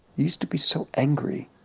used to be so angry.